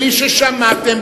בלי ששמעתם,